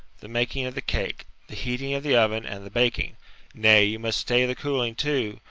the making of the cake, the heating of the oven, and the baking nay, you must stay the cooling too,